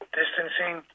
distancing